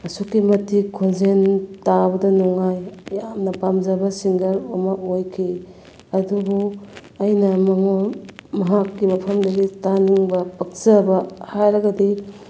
ꯑꯁꯨꯛꯀꯤ ꯃꯇꯤꯛ ꯈꯣꯟꯖꯦꯟ ꯇꯥꯕꯗ ꯅꯨꯡꯉꯥꯏ ꯌꯥꯝꯅ ꯄꯥꯝꯖꯕ ꯁꯤꯡꯒꯔ ꯑꯃ ꯑꯣꯏꯈꯤ ꯑꯗꯨꯕꯨ ꯑꯩꯅ ꯃꯍꯥꯛꯀꯤ ꯃꯐꯝꯗꯒꯤ ꯇꯥꯅꯤꯡꯕ ꯄꯛꯆꯕ ꯍꯥꯏꯔꯒꯗꯤ